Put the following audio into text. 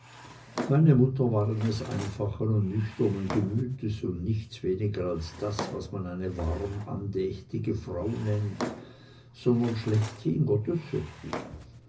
meine mutter war eines einfallen und nüchternen gemütes und nichts weniger als das was man eine warm andächtige frau nennt sondern schlechthin gottesfürchtig